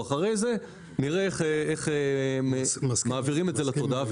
ואחר כך נראה איך מעבירים את זה לתודעה.